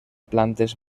plantes